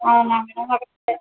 అవునా